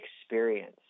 experience